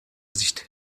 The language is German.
sicht